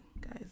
guys